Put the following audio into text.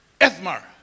Ethmar